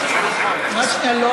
רק שנייה,